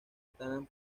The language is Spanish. estarán